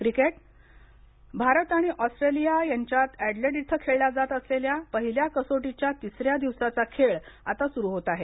cricket Bharat आणि Australia यांच्यात Adelaide इथं खेळल्या जात असलेल्या पहिल्या कसोटीच्या तिसऱ्या दिवसाचा खेळ आता सुरू होत आहे